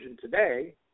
today